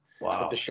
Wow